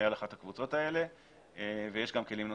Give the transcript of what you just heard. על אחת הקבוצות האלה ויש גם כלים נוספים.